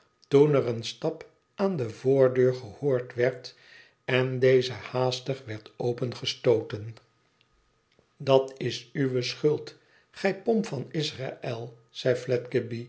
toen er een stap aan de voordeur gehoord werd en deze haastig werd opengestooten dat is uwe schuld gij pomp van israël zei